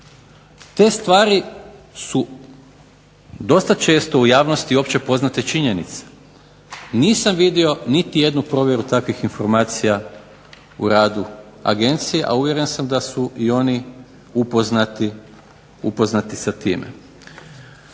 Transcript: Te stvari su dosta često u javnosti općepoznate činjenice. Nisam vidio niti jednu provjeru takvih informacija u radu Agencije, a uvjeren sam da su i oni upoznati sa time.